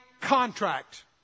contract